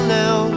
now